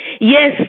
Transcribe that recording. Yes